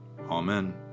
amen